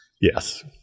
Yes